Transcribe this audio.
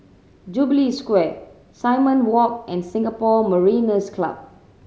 Jubilee Square Simon Walk and Singapore Mariners' Club